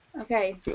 Okay